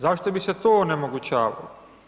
Zašto bi se to onemogućavalo?